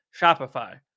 Shopify